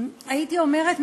הייתי אומרת,